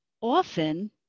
Often